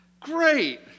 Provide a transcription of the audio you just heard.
Great